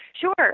Sure